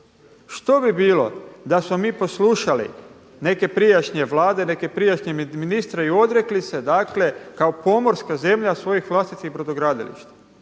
Što bi bilo da smo mi poslušali neke prijašnje Vlade, neke prijašnje ministre i odrekli se dakle kao pomorska zemlja svojih vlastitih brodogradilišta.